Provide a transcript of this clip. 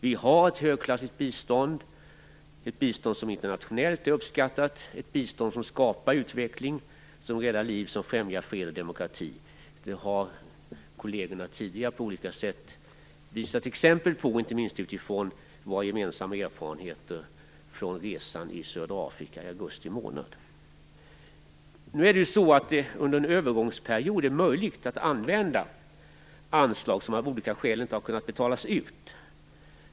Vi har ett högklassigt bistånd som internationellt är uppskattat, som skapar utveckling, som räddar liv och som främjar fred och demokrati. Det har kolleger tidigare på olika sätt visat exempel på, inte minst utifrån gemensamma erfarenheter av resan i södra Afrika i augusti månad. Under en övergångsperiod är det möjligt att använda anslag som av olika skäl inte har kunnat betalas ut.